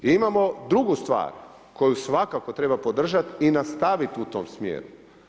Imamo drugu stvar koju svakako treba podržat i nastavit u tom smjeru.